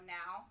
now